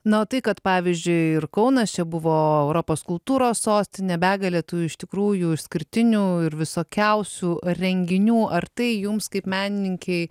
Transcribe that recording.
na o tai kad pavyzdžiui ir kaunas čia buvo europos kultūros sostinė begalė tų iš tikrųjų išskirtinių ir visokiausių renginių ar tai jums kaip menininkei